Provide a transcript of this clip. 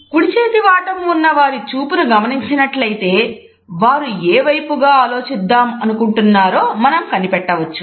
కుడి చేతి వాటం ఉన్న వారి చూపును గమనించినట్లయితే వారు ఏ వైపుగా ఆలోచిద్దాం అనుకుంటున్నారో మనం కనిపెట్టవచ్చు